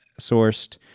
sourced